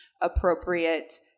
appropriate